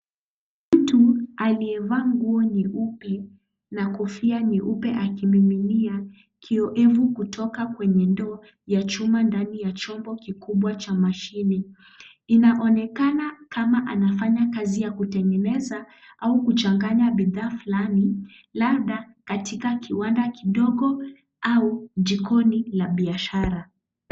Mtu aliyevaa nguo nyeupe na kofia nyeupe akimiminia kiowevu kutoka kwenye ndoo ya chuma ndani ya chombo cha mashine inaonekana kama anafanya kazi ya kutengeneza ama kuchanganya bidhaa fulani, labda katika kiwanda kidogo au jikoni la biashara.